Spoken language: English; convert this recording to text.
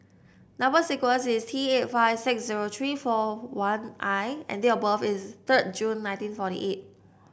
number sequence is T eight five six zero three four one I and date of birth is third June nineteen forty eight